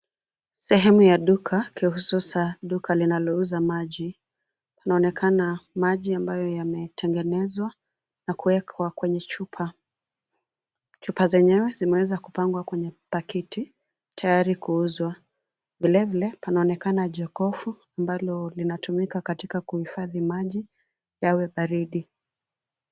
Sehemu ya duka kihususa duka linalouza maji. Kunaonekana maji ambayo yametengenezwa na kuekwa kwenye chupa. Chupa zenyewe zimeweza kupangwa kwenye pakiti tayari kuuzwa. Vile vile panaonekana jokovu ambalo linatumika katika kuhifadhi maji yawe baridi.